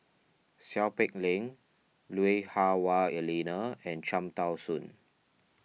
Seow Peck Leng Lui Hah Wah Elena and Cham Tao Soon